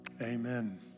Amen